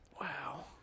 wow